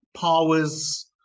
powers